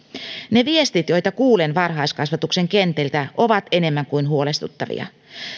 ne viestit joita kuulen varhaiskasvatuksen kentiltä ovat enemmän kuin huolestuttavia